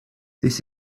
this